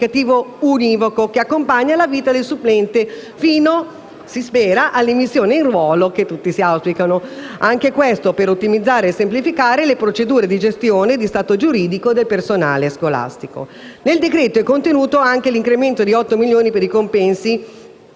identificativo univoco, che accompagna la vita del supplente fino - si spera - all'immissione in ruolo che tutti si auspicano, al fine di ottimizzare e semplificare le procedure di gestione di stato giuridico del personale scolastico. Nel decreto-legge è contenuto anche l'incremento di 8 milioni di euro per i compensi